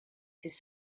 his